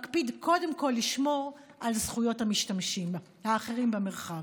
מקפיד קודם כול לשמור על זכויות המשתמשים האחרים במרחב,